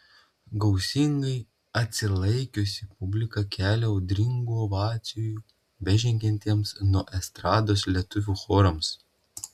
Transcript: gausingai atsilankiusi publika kelia audringų ovacijų bežengiantiems nuo estrados lietuvių chorams